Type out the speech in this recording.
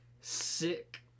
Sick